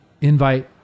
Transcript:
invite